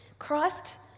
Christ